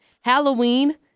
Halloween